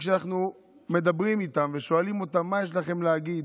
וכשאנחנו מדברים איתם ושואלים אותם: מה יש לכם להגיד?